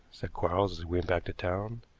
said quarles as we went back to town.